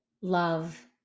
love